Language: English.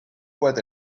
what